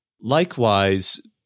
Likewise